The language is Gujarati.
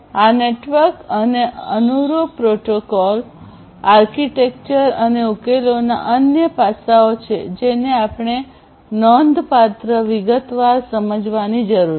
આ નેટવર્ક અને અનુરૂપ પ્રોટોકોલ આર્કિટેક્ચર અને ઉકેલોના અન્ય પાસાઓ છે જેને આપણે નોંધપાત્ર વિગતવાર સમજવાની જરૂર છે